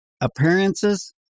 appearances